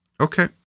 okay